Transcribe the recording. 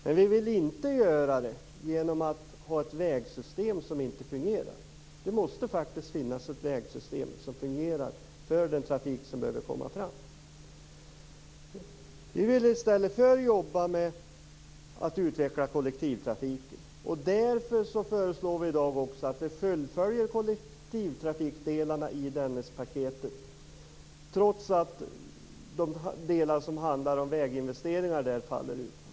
Men vi vill inte göra det genom att ha ett vägsystem som inte fungerar. Det måste faktiskt finnas ett vägsystem som fungerar för den trafik som behöver komma fram. Vi vill i stället jobba med att utveckla kollektivtrafiken. Därför föreslår vi i dag också att vi fullföljer kollektivtrafikdelarna i Dennispaketet, trots att de delar som handlar om väginvesteringar där faller bort.